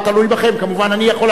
מובן שאני יכול לעשות הפסקה,